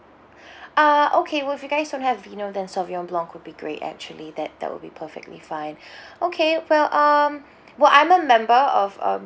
uh okay well if you guys don't have vino then sauvignon blanc would be great actually that that will be perfectly fine okay well um well I'm a member of um the